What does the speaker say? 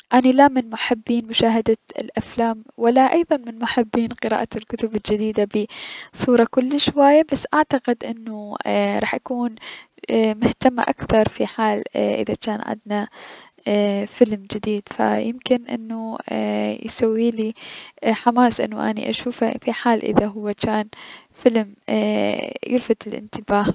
اني لا من محبين مشاهدة الأفلام و لا ايضا من محبين قراءة الكتب الجديدة ب صورة كلش هواية بس اعتقد راح اكون مهتمة اكثر اي- اذا جان في حال عدنا فيلم جديد ف يمكن انو اي- اسويلي حماس انو اني اشوفه في حال جان فيلم ملفت للأنتباه.